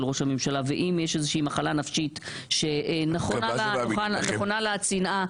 ראש הממשלה ואם יש איזה שהיא מחלה נפשית שנכונה לה הצנעה